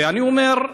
ואני אומר: